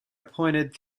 appointed